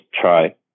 try